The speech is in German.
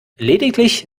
lediglich